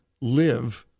live